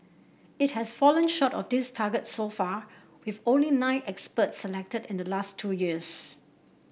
it has fallen short of this target so far with only nine experts selected in the last two years